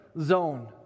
zone